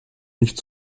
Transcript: nicht